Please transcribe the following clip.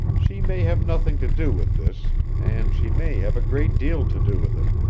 she may have nothing to do with this, and she may have a great deal to do with it.